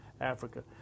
Africa